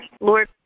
Lord